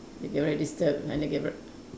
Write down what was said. they get very disturbed and they get ver~